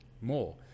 more